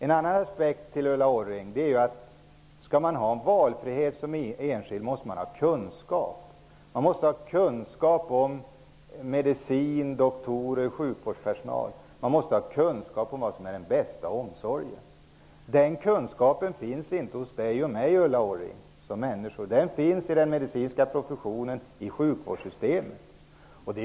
En annan aspekt, Ulla Orring, är om man som enskild skall ha valfrihet måste man ha kunskap. Man måste ha kunskap om medicin, doktorer och sjukvårdspersonal. Man måste ha kunskap om vad som är den bästa omsorgen. Den kunskapen finns inte hos mig och Ulla Orring som enskilda människor. Den finns i den medicinska professionen, i sjukvårdssystemet.